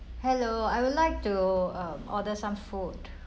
hello I would like to um order some food